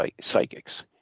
psychics